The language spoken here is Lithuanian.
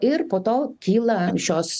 ir po to kyla šios